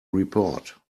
report